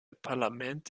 parlament